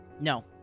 No